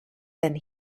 than